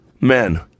Men